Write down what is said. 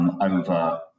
over